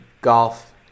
golf